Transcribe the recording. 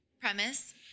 premise